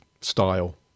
style